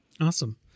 Awesome